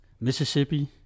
Mississippi